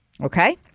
okay